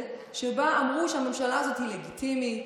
שבו אמרו שהממשלה הזאת היא לגיטימית,